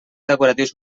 decoratius